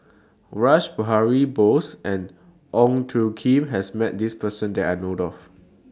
Rash Behari Bose and Ong Tjoe Kim has Met This Person that I know Dofu